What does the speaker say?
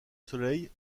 soleil